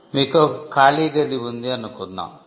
మీకొక ఖాళీ గది ఉంది అనుకుందాం